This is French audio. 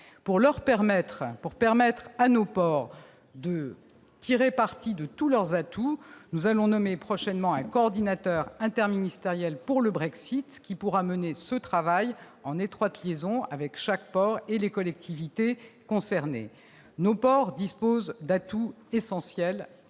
de permettre à nos ports de tirer parti de tous leurs atouts. Nous allons nommer prochainement un coordinateur interministériel pour le Brexit qui pourra mener ce travail, en étroite liaison avec chaque port et les collectivités concernées. Nos ports disposent d'atouts essentiels